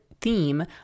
Theme